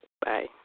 Bye